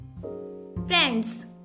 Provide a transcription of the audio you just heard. Friends